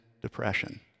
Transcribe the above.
depression